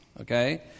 okay